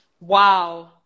wow